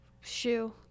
shoe